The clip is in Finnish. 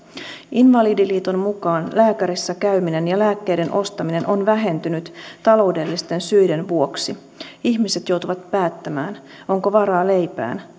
invalidiliiton mukaan lääkärissä käyminen ja lääkkeiden ostaminen on vähentynyt taloudellisten syiden vuoksi ihmiset joutuvat päättämään onko varaa leipään